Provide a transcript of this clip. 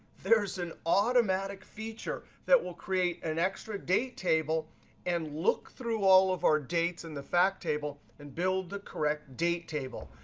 there's an automatic feature that will create an extra date table and look through all of our dates in the fact table and build the correct date table.